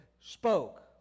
spoke